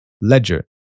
Ledger